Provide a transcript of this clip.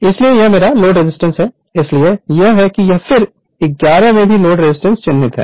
इसलिए यह मेरा लोड रेजिस्टेंस है इसलिए यह है कि यह फिगर 11 में भी लोड रेजिस्टेंस चिह्नित है